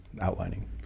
outlining